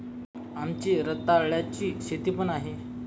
आमची रताळ्याची शेती पण आहे